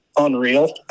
unreal